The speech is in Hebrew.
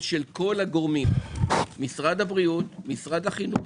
של כל הגורמים משרד הבריאות ומשרד החינוך.